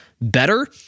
better